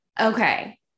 Okay